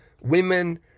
Women